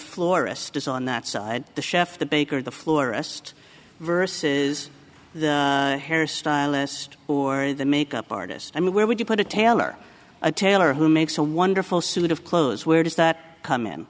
florist is on that side the chef the baker the florist verses the hairstylist or the makeup artist i mean where would you put a tailor a tailor who makes a wonderful suit of clothes where does that come in